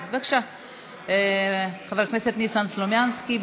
חבר הכנסת ניסן סלומינסקי,